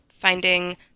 finding